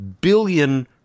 billion